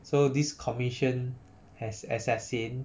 so this commission has assassin